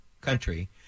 country